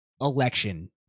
election